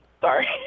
Sorry